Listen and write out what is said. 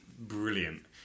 brilliant